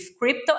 crypto